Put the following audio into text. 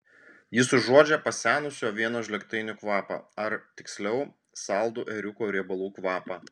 jis užuodžia pasenusių avienos žlėgtainių kvapą ar tiksliau saldų ėriuko riebalų kvapą